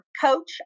coach